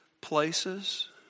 places